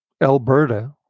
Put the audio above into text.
Alberta